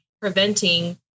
preventing